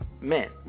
men